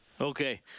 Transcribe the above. Okay